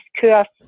curves